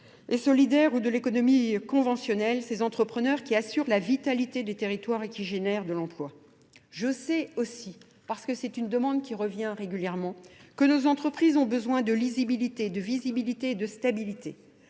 et solidaire ou de l'économie conventionnelle, ces entrepreneurs qui assurent la vitalité des territoires et qui génèrent de l'emploi. Je sais aussi, parce que c'est une demande qui revient régulièrement, que nos entreprises ont besoin de lisibilité, de visibilité et de stabilité.